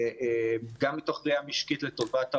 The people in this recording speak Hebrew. גם מתוך ראייה משקית לטובת ההורים,